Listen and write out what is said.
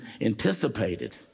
anticipated